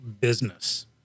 business